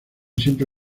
siempre